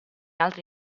altri